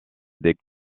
des